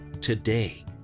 today